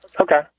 Okay